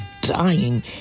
dying